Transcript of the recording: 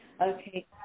Okay